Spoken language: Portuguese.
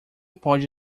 pode